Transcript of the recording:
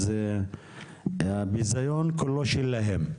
אז הביזיון כולו שלהם.